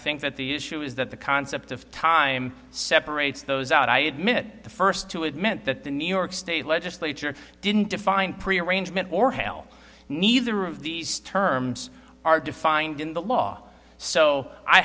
think that the issue is that the concept of time separates those out i admit the first to admit that the new york state legislature didn't define prearrangement or hell neither of these terms are defined in the law so i